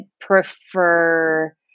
prefer